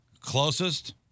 Closest